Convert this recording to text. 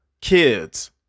kids